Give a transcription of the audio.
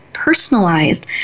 personalized